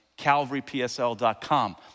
CalvaryPSL.com